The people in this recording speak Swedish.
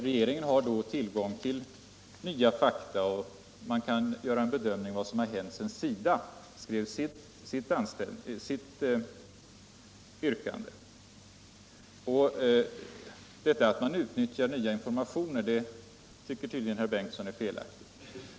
Regeringen har då tillgång till nya fakta och kan även göra en bedömning av vad som har hänt sedan SIDA skrev sitt yrkande. Att regeringen utnyttjar nya informationer tycker herr Bengtson är felaktigt.